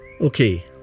Okay